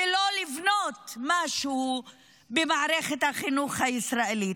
ולא לבנות משהו במערכת החינוך הישראלית.